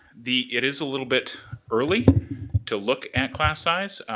the, it is a little bit early to look at class size.